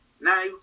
now